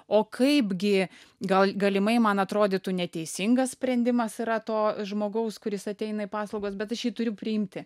o kaipgi gal galimai man atrodytų neteisingas sprendimas yra to žmogaus kuris ateina paslaugos bet aš jį turiu priimti